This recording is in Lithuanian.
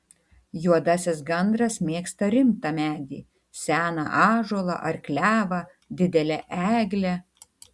juodasis gandras mėgsta rimtą medį seną ąžuolą ar klevą didelę eglę